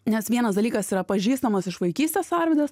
nes vienas dalykas yra pažįstamas iš vaikystės arvydas